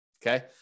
Okay